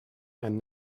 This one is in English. and